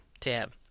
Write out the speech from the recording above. tab